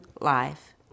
life